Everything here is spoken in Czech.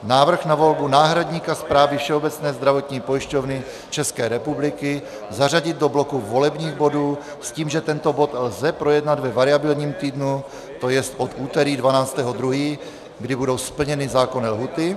Návrh na volbu náhradníka Správní rady Všeobecné zdravotní pojišťovny České republiky zařadit do bloku volebních bodů, s tím, že tento bod lze projednat ve variabilním týdnu, tj. od úterý 12. 2., kdy budou splněny zákonné lhůty;